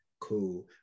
cool